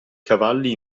cavalli